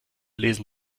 lesen